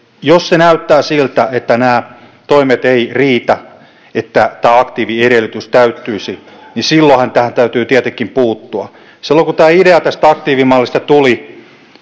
jos se näyttää siltä että nämä toimet eivät riitä että tämä aktiiviedellytys täyttyisi niin silloinhan tähän täytyy tietenkin puuttua silloin kun tämä idea tästä aktiivimallista tuli